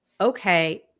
okay